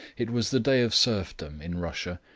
it was the day of serfdom in russia,